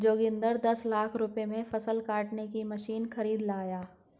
जोगिंदर दस लाख रुपए में फसल काटने की मशीन खरीद कर लाया